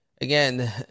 again